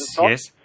yes